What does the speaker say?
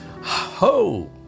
Ho